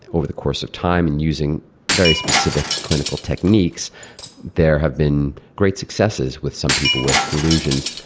over the course of time and using very specific clinical techniques there have been great successes with some people with delusions.